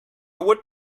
would